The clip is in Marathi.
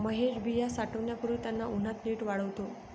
महेश बिया साठवण्यापूर्वी त्यांना उन्हात नीट वाळवतो